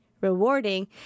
rewarding